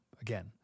Again